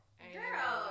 Girl